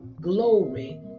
glory